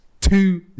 Two